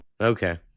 Okay